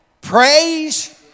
praise